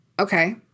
okay